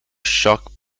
chuck